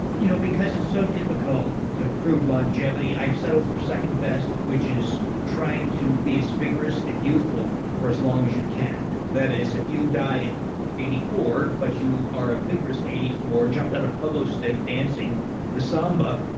you know because it's so difficult to prove longevity i've settled for second best, which is trying to be as vigorous and youthful for as long as you can. that is, if you die at eighty four but you are a vigorous eighty four, jumping on a pogo stick, dancing the samba,